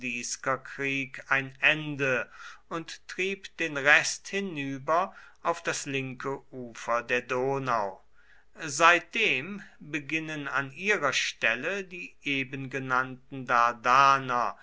skordiskerkrieg ein ende und trieb den rest hinüber auf das linke ufer der donau seitdem beginnen an ihrer stelle die